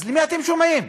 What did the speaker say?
אז למי אתם שומעים?